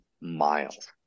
miles